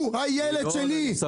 הוא הילד שלי.